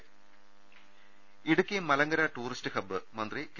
ൃ Idukki Malankara tourist hub മന്ത്രി K